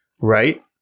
right